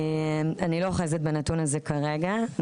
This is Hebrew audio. אני לא אוחזת בנתון הזה כרגע.